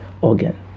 organ